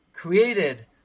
created